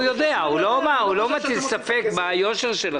הוא לא מטיל ספק ביושר שלכם.